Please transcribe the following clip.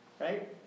Right